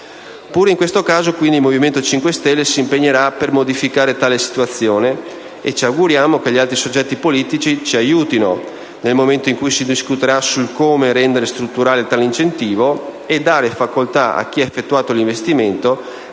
Pure in questo caso, quindi, il Movimento 5 Stelle si impegnerà per modificare la situazione; ci auguriamo che gli altri soggetti politici ci aiutino nel momento in cui si discuterà sul modo in cui rendere strutturale tale incentivo e dare facoltà a chi ha effettuato l'investimento